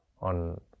on